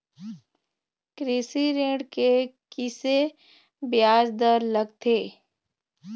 कृषि ऋण के किसे ब्याज दर लगथे?